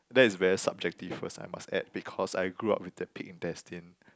that is very subjective first I must add because I grew up with that pig intestine